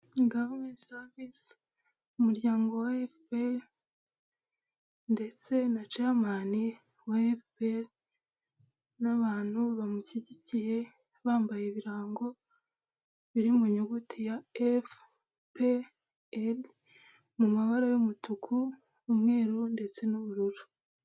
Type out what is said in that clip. Ingabo savisi umuryango wa FPR ndetse na ceya mani wa FPR, n'abantu bamushyigikiye bambaye ibirango biri mu nyuguti ya FPR mu mabara y'umutuku umwe ndetse n'ubururu.